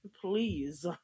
please